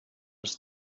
els